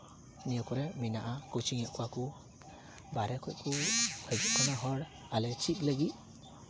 ᱱᱤᱭᱟᱹ ᱠᱚᱨᱮᱜ ᱢᱮᱱᱟᱜᱼᱟ ᱠᱳᱪᱤᱝ ᱮᱜ ᱠᱚᱣᱟ ᱠᱚ ᱵᱟᱦᱨᱮ ᱠᱷᱚᱡ ᱠᱚ ᱦᱤᱡᱩᱜ ᱠᱟᱱᱟ ᱦᱚᱲ ᱟᱞᱮ ᱪᱮᱫ ᱞᱟᱹᱜᱤᱫ